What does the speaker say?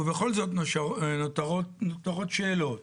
ובכל זאת, נותרות שאלות,